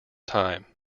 time